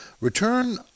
Return